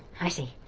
i see.